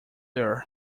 their